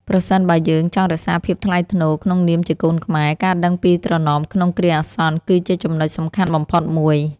ប្រសិនបើយើងចង់រក្សាភាពថ្លៃថ្នូរក្នុងនាមជាកូនខ្មែរ ការដឹងពីត្រណមក្នុងគ្រាអាសន្ន គឺជាចំណុចសំខាន់បំផុតមួយ។